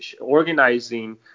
organizing